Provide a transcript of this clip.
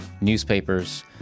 newspapers